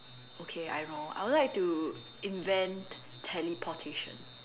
okay I know I would like to invent teleportation